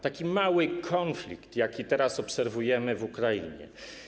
Taki mały konflikt, jaki teraz obserwujemy w Ukrainie.